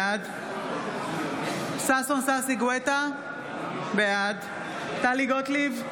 בעד ששון ששי גואטה, בעד טלי גוטליב,